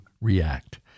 react